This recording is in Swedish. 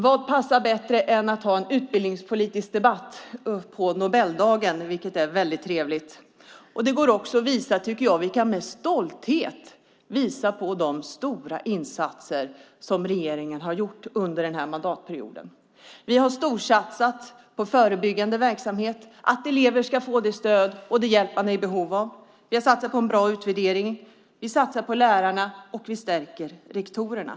Vad passar bättre än att ha en utbildningspolitisk debatt på Nobeldagen? Det är mycket trevligt. Vi kan med stolthet visa på de stora insatser som regeringen har gjort under denna mandatperiod. Vi har storsatsat på förebyggande verksamhet. Elever ska få det stöd och den hjälp som de är i behov av. Vi har satsat på en bra utvärdering. Vi satsar på lärarna, och vi stärker rektorerna.